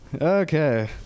Okay